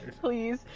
Please